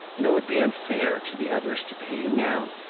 and it would be unfair to the others to pay you now.